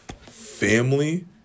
family